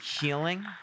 healing